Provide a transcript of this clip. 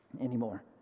anymore